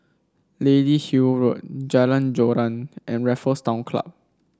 Lady Hill Road Jalan Joran and Raffles Town Club